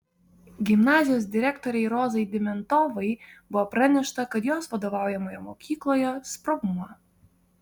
gimnazijos direktorei rozai dimentovai buvo pranešta kad jos vadovaujamoje mokykloje sprogmuo